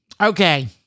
okay